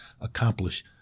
accomplish